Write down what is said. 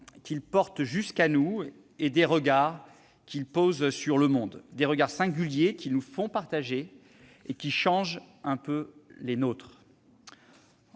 qu'ils portent jusqu'à nous, et des regards qu'ils posent sur le monde : des regards singuliers, qu'ils nous font partager et qui changent un peu les nôtres.